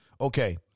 Okay